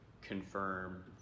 confirm